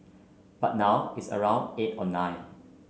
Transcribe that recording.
but now it's around eight or nine